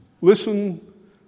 Listen